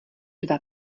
dva